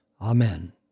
Amen